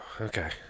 okay